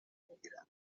میگیرد